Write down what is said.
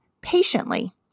patiently